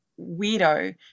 weirdo